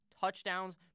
touchdowns